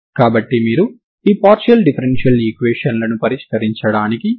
కాబట్టి మీరు ఈ పార్షియల్ డిఫరెన్షియల్ ఈక్వేషన్ లను పరిష్కరించడానికి ప్రయత్నించాలి